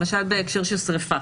למשל, בהקשר של שריפה